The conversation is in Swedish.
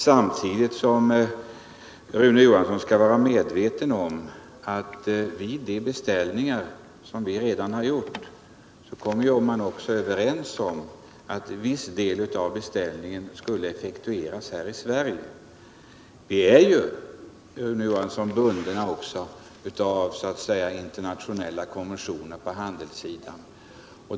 Samtidigt skall Rune Johansson i Åmål vara medveten om att man i samband med de beställningar som redan gjorts kom överens om att viss del av beställningarna skulle effektueras här i Sverige. Vi är ju, Rune Johansson, också bundna av internationella konventioner på handelssidan.